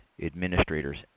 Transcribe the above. administrators